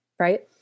right